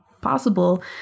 possible